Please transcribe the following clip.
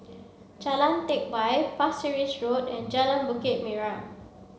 Jalan Teck Whye Pasir Ris Road and Jalan Bukit Merah